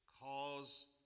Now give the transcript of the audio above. cause